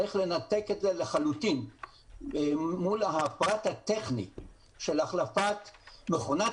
צריך לנתק את זה לחלוטין מול הפרט הטכני של החלפת מכונת